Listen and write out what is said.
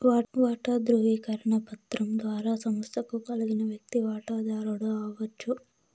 వాటా దృవీకరణ పత్రం ద్వారా సంస్తకు కలిగిన వ్యక్తి వాటదారుడు అవచ్చు